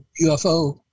UFO